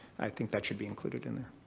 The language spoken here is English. i think that should be included in there.